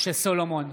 משה סולומון,